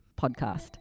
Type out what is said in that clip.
podcast